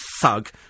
thug